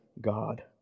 God